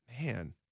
Man